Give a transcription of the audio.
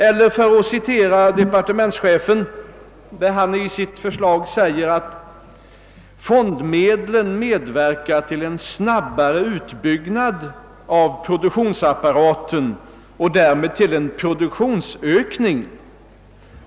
Jag vill citera vad departementschefen i propositionen säger: »Fondmedlen medverkar till en snabbare utbyggnad av produktionsapparaten och därmed till en produktionsökning.